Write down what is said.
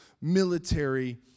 military